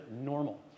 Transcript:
normal